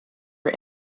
for